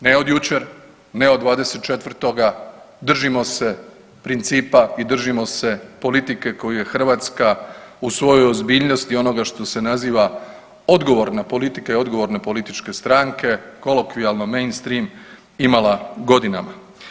Ne od jučer, ne od 24., držimo se principa i držimo se politike koji je Hrvatska u svojoj ozbiljnosti onoga što se naziva odgovorna politika i odgovorne političke stranke, kolokvijalno mainstream imala godinama.